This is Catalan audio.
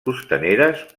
costaneres